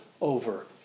over